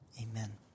Amen